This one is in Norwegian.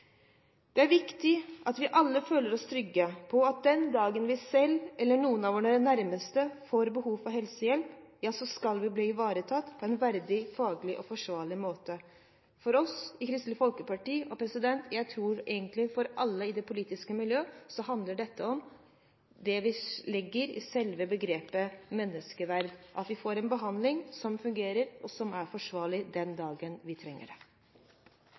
Det er viktig at vi alle føler oss trygge på at den dagen vi selv eller noen av våre nærmeste får behov for helsehjelp, blir vi ivaretatt på en verdig og faglig forsvarlig måte. For oss i Kristelig Folkeparti – og jeg tror egentlig for alle i det politiske miljø – handler dette om det vi legger i selve begrepet menneskeverd, at vi får en behandling som fungerer, og som er forsvarlig den dagen vi trenger det.